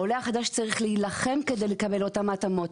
העולה החדש צריך להילחם כדי לקבל את אותם ההתאמות,